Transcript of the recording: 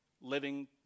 living